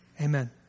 amen